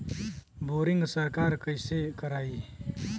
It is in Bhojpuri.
बोरिंग सरकार कईसे करायी?